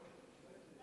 גאלב,